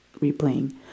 replaying